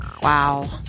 Wow